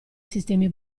sistemi